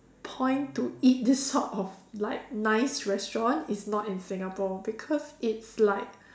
point to eat this sort of like nice restaurants is not in Singapore because it's like